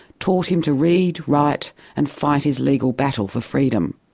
taught him to read, write and fight his legal battle for freedom.